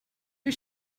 hur